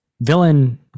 villain